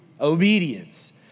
obedience